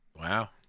Wow